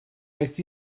beth